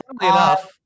enough